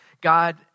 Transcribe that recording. God